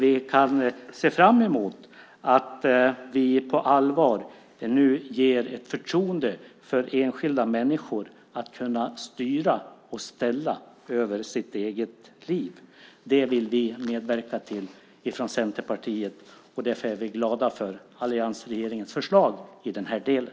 Vi kan se fram emot att vi nu på allvar ger ett förtroende till enskilda människor att styra och ställa med sitt eget liv. Det vill vi i Centerpartiet medverka till. Därför är vi glada för alliansregeringens förslag i den här delen.